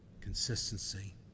consistency